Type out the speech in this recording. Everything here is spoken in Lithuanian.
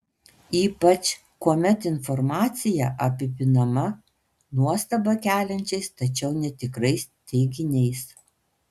ypač kuomet informacija apipinama nuostabą keliančiais tačiau netikrais teiginiais